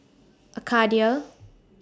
Arcadia